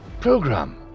Program